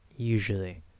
Usually